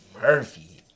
Murphy